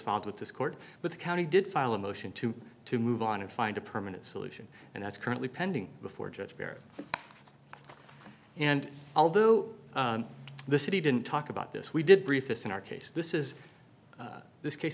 found with this court but the county did file a motion to to move on and find a permanent solution and that's currently pending before judge perry and although the city didn't talk about this we did brief this in our case this is this case